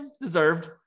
deserved